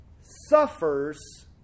suffers